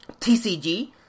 TCG